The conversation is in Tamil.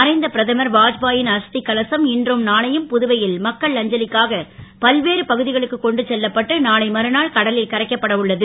மறைந்த பிரதமர் வாஜ்பா ன் அஸ் கலசம் இன்றும் நாளையும் புதுவை ல் மக்கள் அஞ்சலிக்காக பல்வேறு பகு களுக்கு கொண்டு செல்லப்பட்டு நாளை மறுநாள் கடலில் கரைக்கப்பட உள்ளது